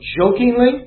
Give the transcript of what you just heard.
jokingly